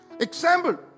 Example